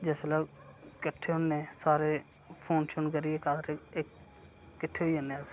जिसलै कट्ठे होन्ने सारे फोन शोन करियै इक किट्ठे होई जन्ने अस